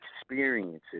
experiences